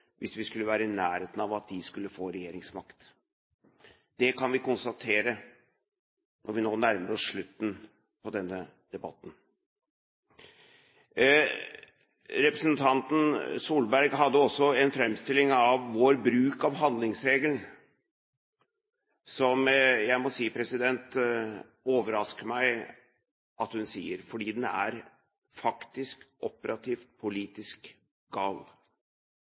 hvis de skulle være i nærheten av å få regjeringsmakt. Det kan vi konstatere når vi nå nærmer oss slutten på denne debatten. Representanten Solberg hadde også en framstilling av vår bruk av handlingsregelen som jeg må si overrasker meg, fordi den er faktisk, operativ og politisk gal.